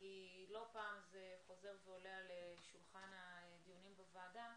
לא פעם זה חוזר ועולה על שולחן הדיונים בוועדה,